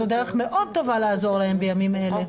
זו דרך מאוד טובה לעזור להם בימים אלה.